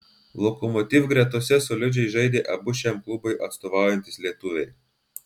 lokomotiv gretose solidžiai žaidė abu šiam klubui atstovaujantys lietuviai